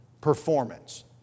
performance